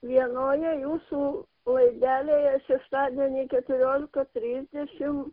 vienoje jūsų laidelėje šeštadienį keturiolika trisdešimt